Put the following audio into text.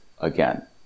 again